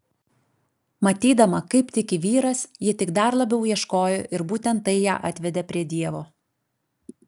matydama kaip tiki vyras ji tik dar labiau ieškojo ir būtent tai ją atvedė prie dievo